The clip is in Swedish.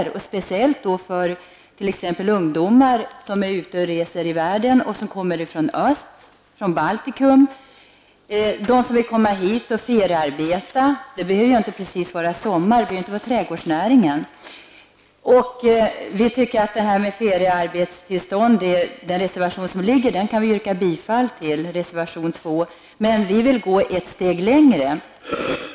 Det gäller speciellt för de ungdomar som är ute och reser i världen och kommer från öst, t.ex. från Baltikum, och som vill komma hit och feriearbeta. Det behöver inte vara sommar eller vara fråga om trädgårdsnäringen. Den reservation som finns om feriearbetstillstånd yrkar miljöpartiet bifall till, dvs. reservation nr 2. Men vi vill gå ett steg längre.